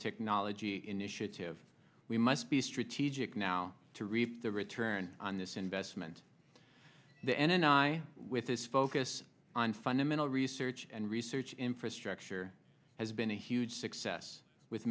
technology initiative we must be strategic now to reap the return on this investment the end and i with this focus on fundamental research and research infrastructure has been a huge success with